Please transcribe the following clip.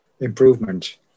improvement